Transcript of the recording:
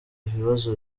ibibazo